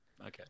Okay